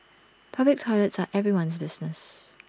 public toilets are everyone's business